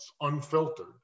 unfiltered